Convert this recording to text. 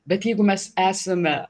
bet jeigu mes esame